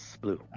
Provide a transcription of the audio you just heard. Blue